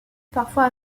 parfois